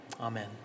Amen